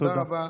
תודה רבה.